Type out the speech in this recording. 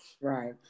right